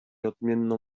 odmienną